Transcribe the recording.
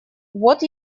вот